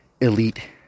elite